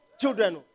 children